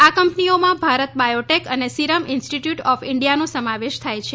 આ કંપનીઓમાં ભારત બાયોટેક અને સીરમ ઈન્સ્ટીય્યુટ ઓફ ઈન્ડિયાનો સમાવેશ થાય છે